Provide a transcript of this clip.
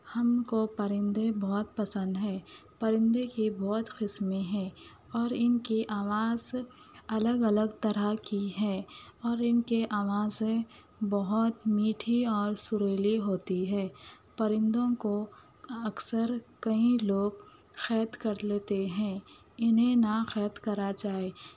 ہم کو پرندے بہت پسند ہیں پرندے کے بہت قسمیں ہیں اور ان کے آواز الگ الگ طرح کی ہے اور ان کے آوازیں بہت میٹھی اور سریلی ہوتی ہے پرندوں کو اکثر کئی لوگ قید کر لیتے ہیں انہیں نہ قید کرا جائے